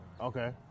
okay